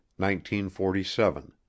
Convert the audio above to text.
1947